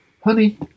honey